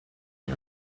you